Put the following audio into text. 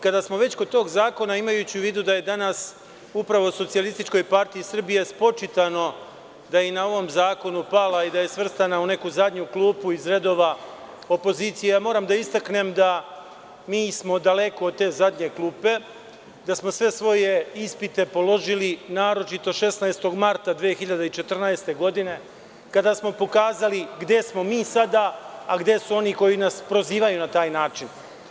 Kada smo već kod tog zakona, imajući u vidu da je danas upravo SPS spočitano da je na ovom zakonu pala i da je svrstana u neku zadnju klupu iz redova opozicije, ja moram da istaknem da smo mi daleko od te zadnje klupe, da smo sve svoje ispite položili, naročito 16. marta 2014. godine, kada smo pokazali gde smo mi sada a gde su oni koji nas prozivaju na taj način.